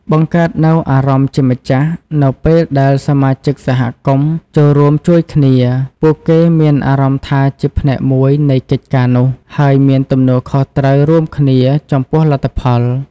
បង្កើតនូវអារម្មណ៍ជាម្ចាស់ នៅពេលដែលសមាជិកសហគមន៍ចូលរួមជួយគ្នា ពួកគេមានអារម្មណ៍ថាជាផ្នែកមួយនៃកិច្ចការនោះ ហើយមានទំនួលខុសត្រូវរួមគ្នាចំពោះលទ្ធផល។